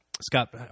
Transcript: Scott